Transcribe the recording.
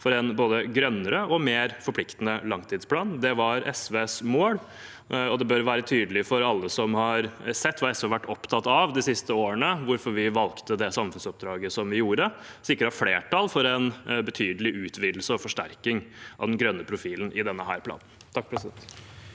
for en både grønnere og mer forpliktende langtidsplan. Det var SVs mål, og det bør være tydelig for alle som har sett hva SV har vært opptatt av i de siste årene, hvorfor vi valgte det samfunnsoppdraget som vi gjorde, og sikret flertall for en betydelig utvidelse og forsterking av den grønne profilen i denne planen. Aud Hove